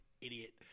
Idiot